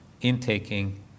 intaking